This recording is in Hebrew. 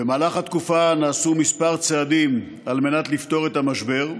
במהלך התקופה נעשו כמה צעדים לפתור את המשבר.